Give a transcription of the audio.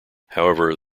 however